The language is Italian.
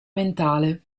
mentale